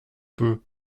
peu